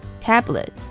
Tablet